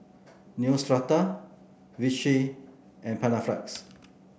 Neostrata Vichy and Panaflex